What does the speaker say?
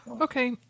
Okay